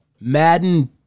Madden